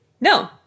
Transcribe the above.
no